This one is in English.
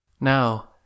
Now